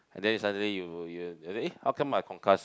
and then suddenly you you eh how come I how come I concuss